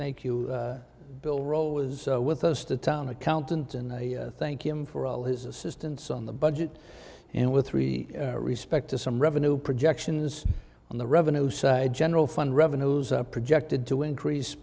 thank you bill role was with us the town accountant and i thank him for all his assistance on the budget and with three respect to some revenue projections on the revenue side general fund revenues are projected to increase